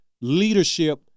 leadership